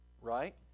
right